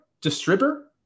Distributor